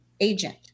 agent